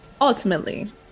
ultimately